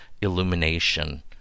illumination